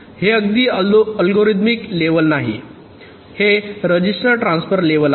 हे अगदी algorithm level नाही हे रजिस्टर ट्रान्सफर लेव्हल आहे